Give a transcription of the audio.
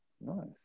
Nice